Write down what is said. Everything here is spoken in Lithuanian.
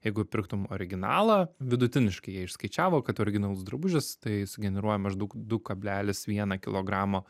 jeigu pirktum originalą vidutiniškai jie išskaičiavo kad originalus drabužis tai sugeneruoja maždaug du kablelis vieną kilogramą